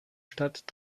stadt